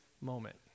moment